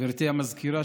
גברתי המזכירה,